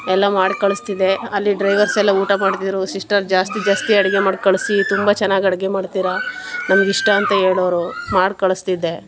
ಎಲ್ಲ ಮಾಡಿ ಕಳಿಸ್ತಿದ್ದೆ ಅಲ್ಲಿ ಡ್ರೈವರ್ಸ್ ಎಲ್ಲ ಊಟ ಮಾಡ್ತಿದ್ದರು ಸಿಸ್ಟರ್ ಜಾಸ್ತಿ ಜಾಸ್ತಿ ಅಡುಗೆ ಮಾಡಿ ಕಳಿಸಿ ತುಂಬ ಚೆನ್ನಾಗಿ ಅಡುಗೆ ಮಾಡ್ತೀರಾ ನಮಗಿಷ್ಟ ಅಂತ ಹೇಳೋರು ಮಾಡಿ ಕಳಿಸ್ತಿದ್ದೆ